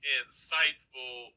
insightful